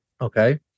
Okay